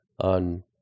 on